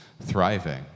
thriving